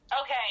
Okay